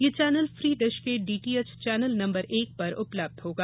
यह channel free dish के DTH channel number एक पर उपलब्ध होगा